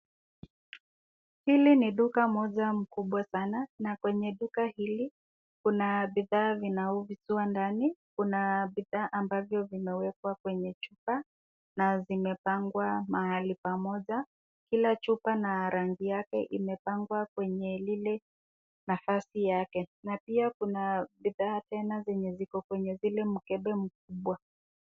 Hili ni duka moja mkubwa sana na kwenye duka hili kuna bidhaa vinauzwa ndani. Kuna bidhaa ambavyo vimewekwa kwenye chupa na zimepangwa mahali pamoja. Kila chupa na rangi yake imepangwa kwenye lile nafasi yake. Na pia kuna bidhaa tena zenye ziko kwenye ule mkebe mkubwa.